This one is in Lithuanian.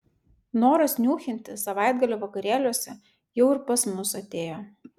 noras niūchinti savaitgalio vakarėliuose jau ir pas mus atėjo